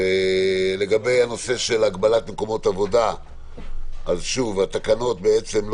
לגבי הנושא של הגבלת מקומות עבודה - התקנות לא